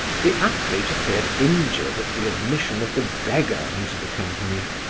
the athlete appeared injured at the admission of the beggar into the company.